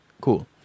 cool